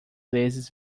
vezes